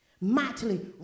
Mightily